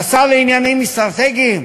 לשר לעניינים אסטרטגיים?